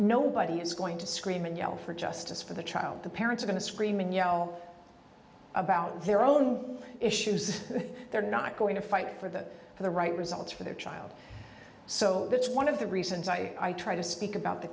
nobody is going to scream and yell for justice for the child the parents are going to scream and yell about their own issues they're not going to fight for them for the right results for their child so that's one of the reasons i try to speak about the